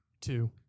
Two